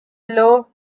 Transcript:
low